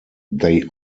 they